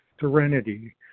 serenity